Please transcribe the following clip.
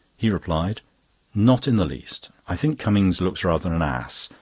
he replied not in the least. i think cummings looks rather an ass,